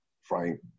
Frank